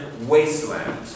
wasteland